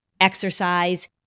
exercise